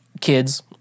kids